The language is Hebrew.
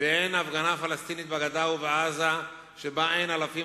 אין הפגנה פלסטינית בגדה ובעזה שבה אין אלפים